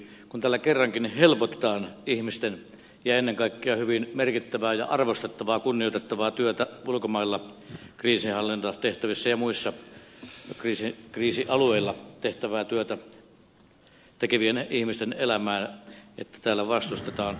kun tällä kerrankin helpotetaan ihmisten ja ennen kaikkea hyvin merkittävää ja arvostettavaa kunnioitettavaa ulkomailla kriisinhallintatehtävissä ja muissa kriisialueilla tehtävää työtä tekevien ihmisten elämää niin täällä vastustetaan